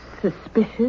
Suspicious